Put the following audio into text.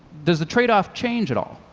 does the trade off change at all?